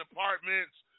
Apartments